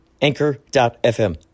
Anchor.fm